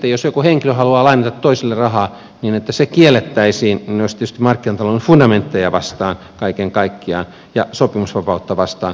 jos se että joku henkilö haluaa lainata toiselle rahaa kiellettäisiin niin se olisi tietysti markkinatalouden fundamentteja vastaan kaiken kaikkiaan ja sopimusvapautta vastaan